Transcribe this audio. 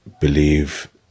Believe